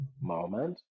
moment